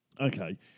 Okay